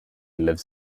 lives